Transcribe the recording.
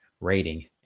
rating